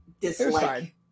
dislike